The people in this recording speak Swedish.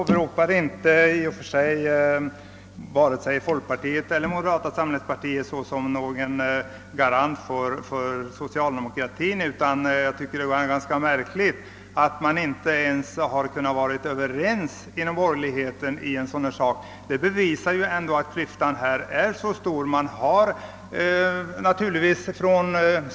Herr talman! Jag åberopar i och för sig varken folkpartiet eller moderata samlingspartiet med deras ståndpunkter såsom garanter för socialdemokratin. Jag ville endast påpeka att det är ganska märkligt att de borgerliga partierna inte ens har kunnat komma överens i en fråga som denna. Det bevisar att klyftan mellan dem är stor.